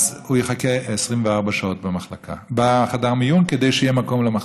אז הוא יחכה 24 שעות בחדר מיון כדי שיהיה מקום למחלקה.